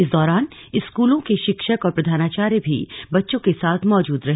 इस दौरान स्कूलों के शिक्षक और प्रधानाचार्य भी बच्चों के साथ मौजूद रहे